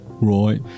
Right